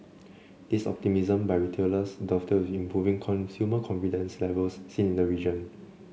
this optimism by retailers dovetails with improving consumer confidence levels seen in the region